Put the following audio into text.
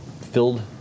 filled